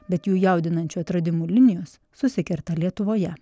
bet jų jaudinančių atradimų linijos susikerta lietuvoje